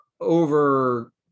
over